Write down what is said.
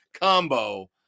combo